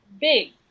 big